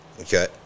Okay